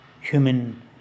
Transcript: human